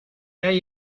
hay